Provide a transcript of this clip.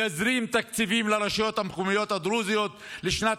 יזרים תקציבים לרשויות המקומיות הדרוזיות לשנת